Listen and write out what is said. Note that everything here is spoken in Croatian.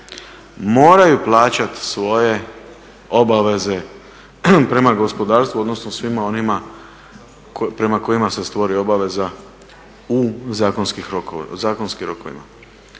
moraju plaćati svoje obaveze prema gospodarstvu, odnosno svima onima prema kojima se stvori obaveza u zakonskim rokovima.